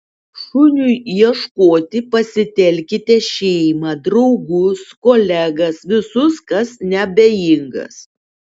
šuniui ieškoti pasitelkite šeimą draugus kolegas visus kas neabejingas